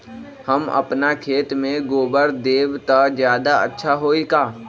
हम अपना खेत में गोबर देब त ज्यादा अच्छा होई का?